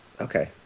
Okay